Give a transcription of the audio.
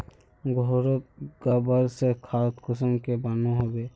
घोरोत गबर से खाद कुंसम के बनो होबे?